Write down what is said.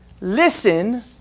listen